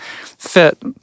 fit